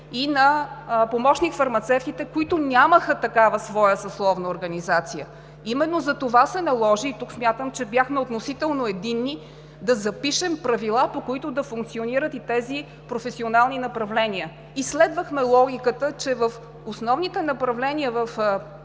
и на помощник фармацевтите, които нямаха такава своя съсловна организация. Именно затова се наложи, и тук смятам, че бяхме относително единни, да запишем правила, по които да функционират и тези професионални направления. Изследвахме логиката, че в основните направления –